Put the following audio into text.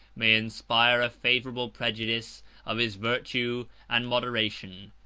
may inspire a favorable prejudice of his virtue and moderation.